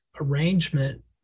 arrangement